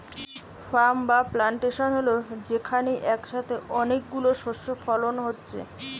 farm বা plantation হল যেখানে একসাথে অনেক গুলো শস্য ফলন হচ্ছে